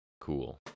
cool